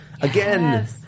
again